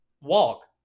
walk